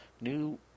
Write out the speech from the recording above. new